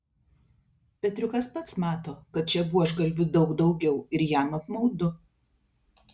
petriukas pats mato kad čia buožgalvių daug daugiau ir jam apmaudu